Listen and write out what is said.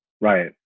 Right